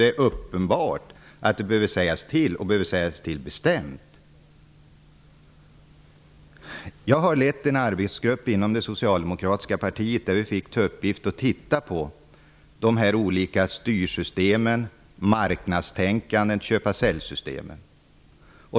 Det är uppenbart att man bestämt behöver säga ifrån. Jag har lett en arbetsgrupp inom det socialdemokratiska partiet som har haft till uppgift att se över de olika styrsystemen, marknadstänkandet och köp--sälj-systemen.